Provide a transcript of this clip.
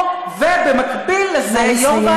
או, ובמקביל לזה, נא לסיים,